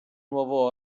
nuovo